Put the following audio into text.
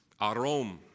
Arom